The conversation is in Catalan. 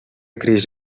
creix